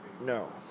No